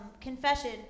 confession